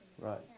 right